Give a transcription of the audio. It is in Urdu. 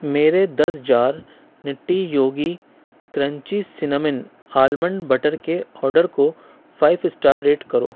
میرے دس jar nutty yogi crunchy cinnamon almond butter کے آرڈر کو فائیو اسٹار ریٹ کرو